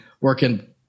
working